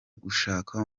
gushaka